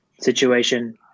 situation